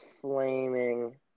flaming